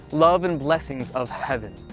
love, and blessings of heaven.